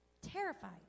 Terrified